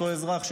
אותו אזרח,